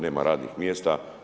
Nema radnih mjesta.